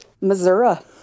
Missouri